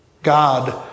God